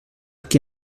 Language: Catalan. qui